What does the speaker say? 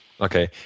Okay